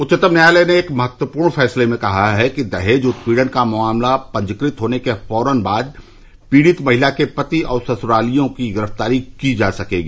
उच्चतम न्यायालय ने एक महत्वपूर्ण फैसले में कहा है कि दहेज उत्पीड़न का मामला पंजीकृत होने के फौरन बाद पीड़ित महिला के पति और ससुरालियों की गिरफ्तारी की जा सकेगी